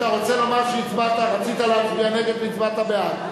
אתה רוצה לומר שרצית להצביע נגד והצבעת בעד?